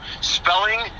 spelling